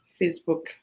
Facebook